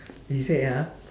he said ah